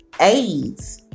AIDS